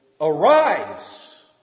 arise